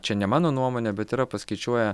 čia ne mano nuomonė bet yra paskaičiuoja